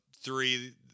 three